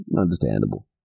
Understandable